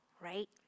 right